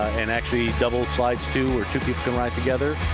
and actually double slides, too, where two people can ride together.